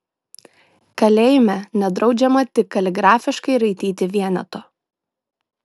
kalėjime nedraudžiama tik kaligrafiškai raityti l